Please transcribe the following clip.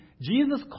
Jesus